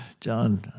john